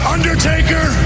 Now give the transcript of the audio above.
Undertaker